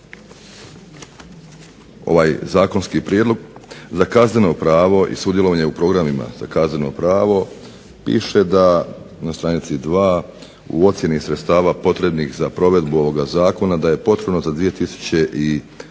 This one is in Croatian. ovaj zakonski prijedlog za kazneno pravo i sudjelovanje u programima za kazneno pravo piše da, na stranici 2. u ocjeni sredstava potrebnih za provedbu ovoga zakona da je potrebno za 2012.